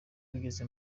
bugeze